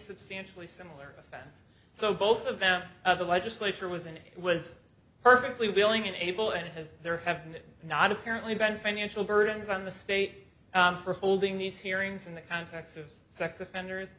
substantially similar offense so both of them the legislature was in it was perfectly willing and able and has there have not apparently been financial burdens on the state for holding these hearings in the context of sex offenders